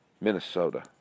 Minnesota